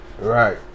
Right